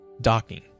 Docking